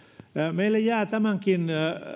meille jää tämänkin